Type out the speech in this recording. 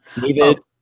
David